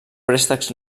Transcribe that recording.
préstecs